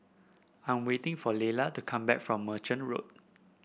I am waiting for Lelah to come back from Merchant Road